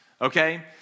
Okay